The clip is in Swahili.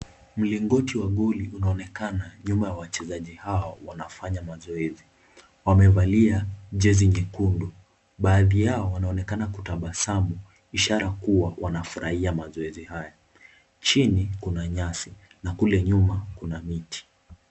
Mlingoti wa goli unaonekana nyuma ya wachezaji hawa wanafanya mazoezi. Wamevalia jezi nyekundu. Baadhi yao wanaonekana kutabasamu ishara kuwa wanafurahia mazoezi hayo. Chini kuna nyasi na kule nyuma kuna miti.